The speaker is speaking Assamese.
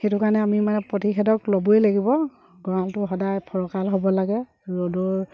সেইটো কাৰণে আমি মানে প্ৰতিষেধক ল'বই লাগিব গড়ালটো সদায় ফৰকাল হ'ব লাগে ৰ'দৰ